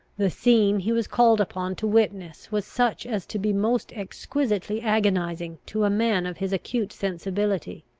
the scene he was called upon to witness was such as to be most exquisitely agonising to a man of his acute sensibility.